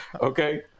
Okay